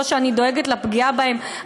לא שאני דואגת מפגיעה בהן,